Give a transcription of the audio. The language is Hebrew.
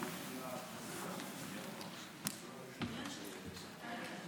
אנחנו נמצאים כאילו באיזושהי הצגה של תיאטרון